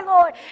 Lord